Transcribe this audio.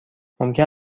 ممکن